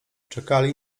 czekali